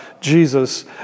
Jesus